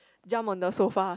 jump on the sofa